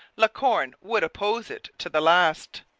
la corne would oppose it to the last.